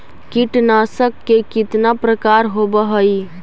कीटनाशक के कितना प्रकार होव हइ?